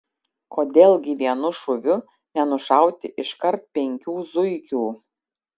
kodėl gi vienu šūviu nenušauti iškart penkių zuikių